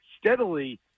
steadily